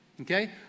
Okay